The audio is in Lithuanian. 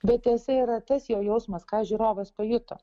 bet tiesa yra tas jau jausmas ką žiūrovas pajuto